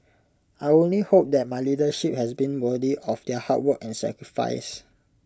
I only hope that my leadership has been worthy of their hard work and sacrifice